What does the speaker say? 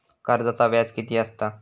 कर्जाचा व्याज कीती असता?